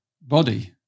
body